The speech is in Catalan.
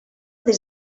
des